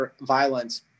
violence